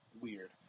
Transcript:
weird